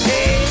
Hey